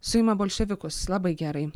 suima bolševikus labai gerai